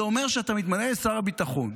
זה אומר שאתה מתמנה לשר הביטחון,